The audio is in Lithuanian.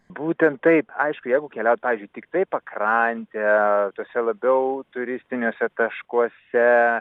būtent taip aišku jeigu keliaut pavyzdžiui tiktai pakrante tuose labiau turistiniuose taškuose